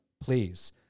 please